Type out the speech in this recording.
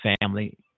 family